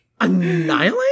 Annihilate